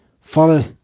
follow